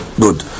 good